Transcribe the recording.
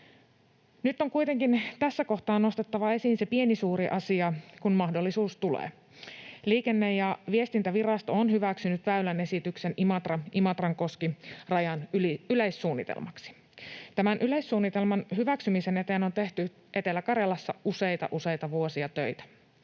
Nyt on kuitenkin tässä kohtaa nostettava esiin se pieni suuri asia, kun mahdollisuus tulee: Liikenne- ja viestintävirasto on hyväksynyt väyläesityksen Imatra—Imatrankoski-rajan yleissuunnitelmaksi. Tämän yleissuunnitelman hyväksymisen eteen on tehty Etelä-Karjalassa useita, useita vuosia töitä.